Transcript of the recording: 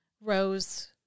Rose